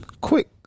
quick